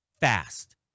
fast